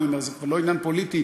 זה כבר לא עניין פוליטי,